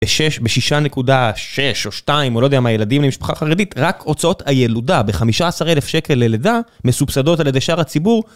בשישה נקודה שש או שתיים, או לא יודע מה, ילדים למשפחה חרדית, רק הוצאות הילודה בחמישה עשר אלף שקל ללידה מסובסדות על ידי שאר הציבור